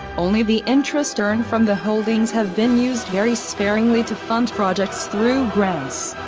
only the interest earned from the holdings have been used very sparingly to fund projects through grants.